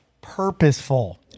purposeful